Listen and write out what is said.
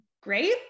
great